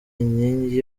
inkingi